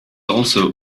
also